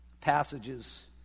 passages